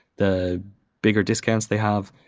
the bigger discounts they have.